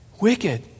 wicked